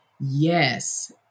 Yes